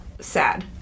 sad